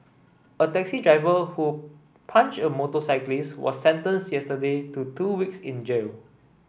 a taxi driver who punched a motorcyclist was sentenced yesterday to two weeks in jail